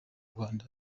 rwanda